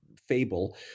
fable